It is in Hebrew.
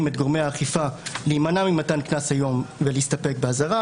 את גורמי האכיפה להימנע ממתן קנס היום ולהסתפק באזהרה,